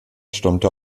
stammte